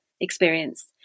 experience